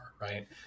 Right